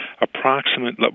approximate